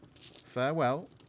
Farewell